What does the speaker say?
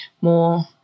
more